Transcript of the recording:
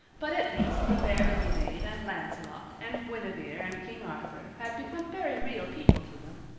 but at least the fair lily maid and lancelot and guinevere and king arthur had become very real people to them,